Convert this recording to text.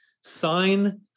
Sign